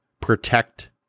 protect